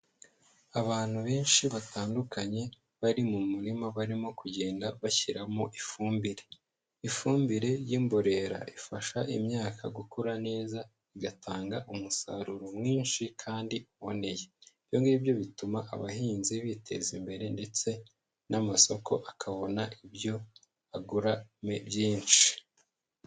Abantu benshi batandukanye bari mu murima barimo kugenda bashyiramo ifumbire, ifumbire y'imborera ifasha imyaka gukura neza, igatanga umusaruro mwinshi kandi uboneye, ibyo ngibyo bituma abahinzi biteza imbere ndetse n'amasoko akabona ibyo agura byinshi.